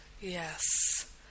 Yes